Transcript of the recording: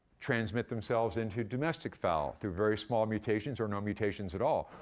transmit themselves into domestic fowl through very small mutations or no mutations at all,